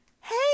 Hey